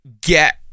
get